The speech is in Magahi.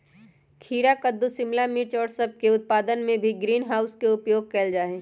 खीरा कद्दू शिमला मिर्च और सब के उत्पादन में भी ग्रीन हाउस के उपयोग कइल जाहई